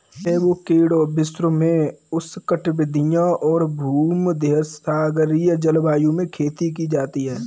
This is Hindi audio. एवोकैडो विश्व में उष्णकटिबंधीय और भूमध्यसागरीय जलवायु में खेती की जाती है